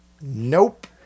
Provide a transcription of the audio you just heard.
nope